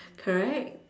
correct